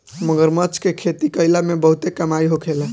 मगरमच्छ के खेती कईला में बहुते कमाई होखेला